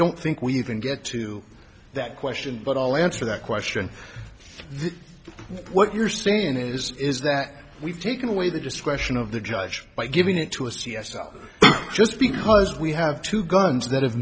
don't think we even get to that question but i'll answer that question what you're saying is is that we've taken away the discretion of the judge by giving it to a siesta just because we have two guns that have